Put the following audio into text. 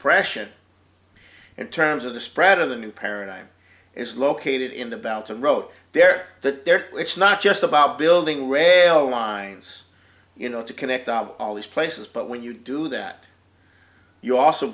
expression in terms of the spread of the new paradigm is located in the belt and wrote there that it's not just about building rail lines you know to connect up all these places but when you do that you also